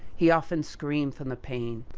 he often screamed from the pain.